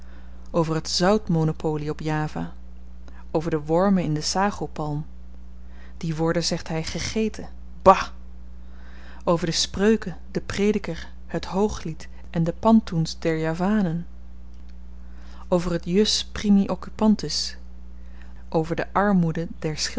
over het zoutmonopolie op java over de wormen in den sagopalm die worden zegt hy gegeten bah over de spreuken den prediker het hooglied en de pantoens der javanen over het jus primi occupantis over de armoede